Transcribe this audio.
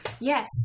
Yes